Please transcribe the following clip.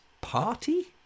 Party